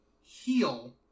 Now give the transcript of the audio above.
heal